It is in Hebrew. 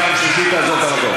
פעם שלישית, תעזוב את המקום.